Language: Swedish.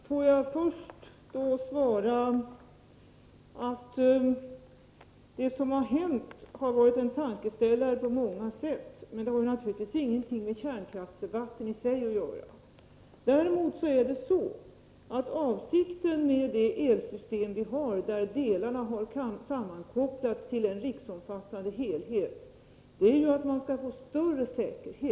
Herr talman! Låt mig först säga att det som hänt har varit en tankeställare på många sätt, men det har naturligtvis ingenting med kärnkraftsdebatten i sig att göra. Däremot är avsikten med det elsystem vi har, där delarna har sammankopplats till en riksomfattande helhet, att man skall få en större säkerhet.